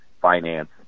finance